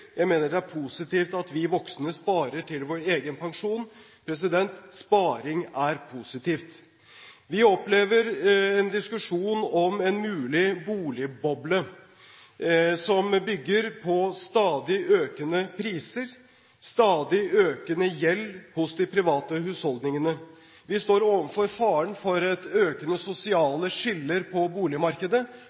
jeg mener det er positivt at vi voksne sparer til vår egen pensjon. Sparing er positivt! Vi opplever en diskusjon om en mulig boligboble som bygger på stadig økende priser og stadig økende gjeld hos de private husholdningene. Vi står overfor faren for økende sosiale skiller på boligmarkedet,